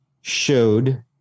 showed